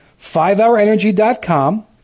FiveHourEnergy.com